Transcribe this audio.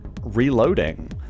reloading